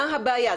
מה הבעיה?